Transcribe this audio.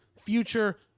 future